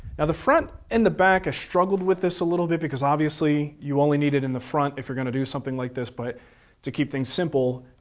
and the front and the back i struggled with this a little bit because obviously you only need it in the front if you're gonna do something like this, but to keep things simple,